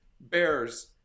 bears